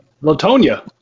Latonia